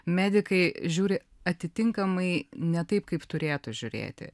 medikai žiūri atitinkamai ne taip kaip turėtų žiūrėti